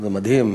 זה מדהים.